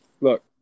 look